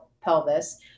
pelvis